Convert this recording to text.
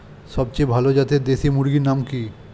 সবচেয়ে ভালো জাতের দেশি মুরগির নাম কি?